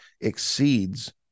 exceeds